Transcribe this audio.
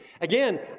Again